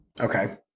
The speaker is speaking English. okay